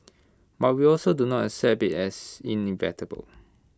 but we also do not accept IT as inevitable